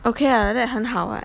okay ah like that 很好 [what]